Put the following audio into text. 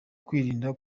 kwirinda